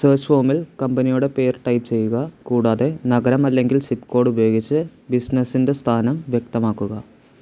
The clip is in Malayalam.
സേർച് ഫോമിൽ കമ്പനിയുടെ പേര് ടൈപ്പ് ചെയ്യുക കൂടാതെ നഗരം അല്ലെങ്കിൽ സിപ്പ് കോഡ് ഉപയോഗിച്ച് ബിസിനസിൻ്റെ സ്ഥാനം വ്യക്തമാക്കുക